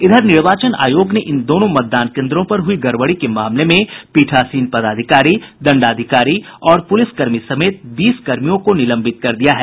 इधर निर्वाचन आयोग ने इन दोनों मतदान केन्द्रों पर हई गड़बड़ी के मामले में पीठासीन पदाधिकारी दंडाधिकारी और पुलिस कर्मी समेत बीस कर्मियों को निलंबित कर दिया है